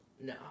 No